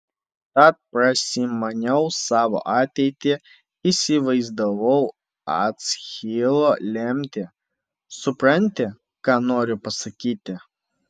tad prasimaniau savo ateitį įsivaizdavau achilo lemtį supranti ką noriu pasakyti